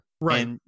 right